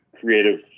creative